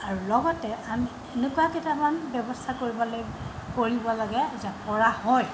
আৰু লগতে আমি এনেকুৱা কেইটামান ব্যৱস্থা কৰিব লাগিব কৰিব লাগে যে কৰা হয়